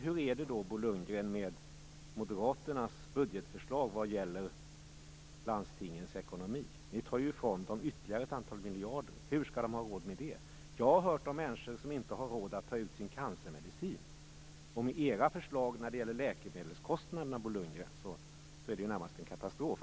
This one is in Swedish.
Hur är det, Bo Lundgren, med Moderaternas budgetförslag vad gäller landstingens ekonomi? Ni tar ju ifrån dem ytterligare miljarder. Hur skall de ha råd med det? Jag har hört talas om människor som inte har råd att hämta ut sin cancermedicin. Med era förslag när det gäller läkemedelskostnaderna, Bo Lundgren, är det närmast en katastrof.